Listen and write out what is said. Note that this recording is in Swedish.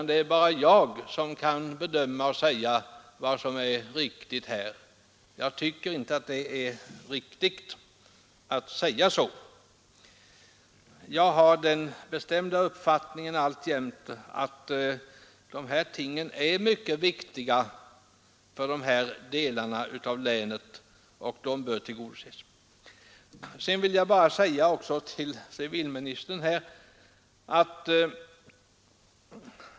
Det är bara jag som kan bedöma det och säga vad som är riktigt.” Jag anser inte att det är riktigt att säga så. Jag har alltjämt den bestämda uppfattningen att de här tingen är mycket viktiga för de här delarna av länet och att deras önskemål bör tillgodoses.